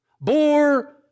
bore